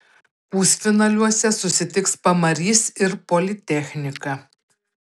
pusfinaliuose susitiks pamarys ir politechnika